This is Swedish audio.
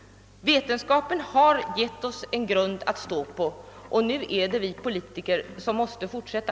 Vetenskapen har givit oss en grund ati stå på; nu är det vi politiker som måste fortsätta.